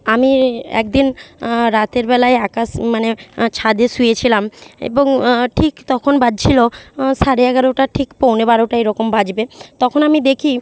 আমি একদিন রাতের বেলায় আকাশ মানে ছাদে শুয়েছিলাম এবং ঠিক তখন বাজছিল সাড়ে এগারোটা ঠিক পৌনে বারোটা এরকম বাজবে তখন আমি দেখি